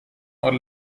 are